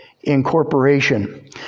incorporation